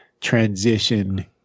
transition